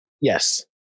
Yes